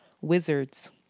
wizards